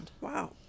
Wow